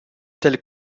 tels